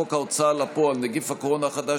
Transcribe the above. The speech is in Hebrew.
חוק ההוצאה לפועל (נגיף הקורונה החדש,